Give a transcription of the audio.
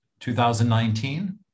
2019